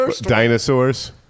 Dinosaurs